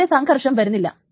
ഇവിടെ സംഘർഷം വരുന്നില്ല